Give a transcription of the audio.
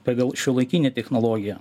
pagal šiuolaikinę technologiją